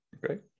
Great